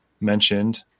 mentioned